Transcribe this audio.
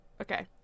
Okay